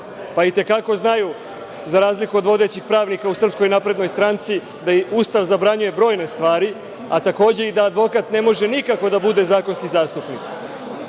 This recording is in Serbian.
pa i te kako znaju, za razliku od vodećih pravnika u SNS, da i Ustav zabranjuje brojne stvari, a takođe i da advokat ne može nikako da bude zakonski zastupnik.